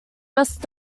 best